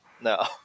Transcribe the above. no